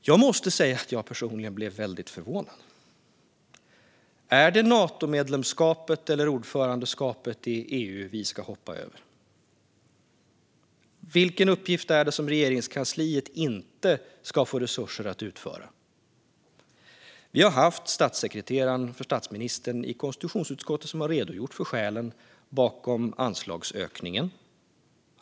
Jag måste säga att jag personligen blev väldigt förvånad. Är det Natomedlemskapet eller ordförandeskapet i EU som vi ska hoppa över? Vilken uppgift är det som Regeringskansliet inte ska få resurser att genomföra? Statsministerns statssekreterare har varit i konstitutionsutskottet och redogjort för skälen bakom anslagsökningen.